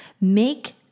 make